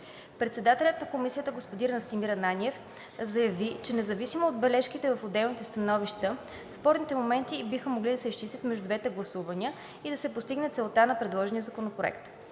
Председателят на Комисията господин Настимир Ананиев заяви, че независимо от бележките в отделните становища спорните моменти биха могли да се изчистят между двете гласувания и да се постигне целта на предложения законопроект.